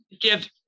give